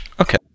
Okay